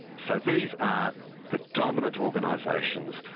so these are the dominant organisations,